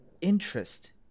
interest